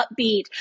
upbeat